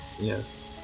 Yes